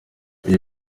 iyi